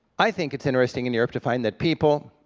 i think it's interesting in europe to find that people